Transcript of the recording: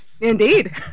Indeed